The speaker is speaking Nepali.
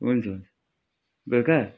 हुन्छ हुन्छ बेलुका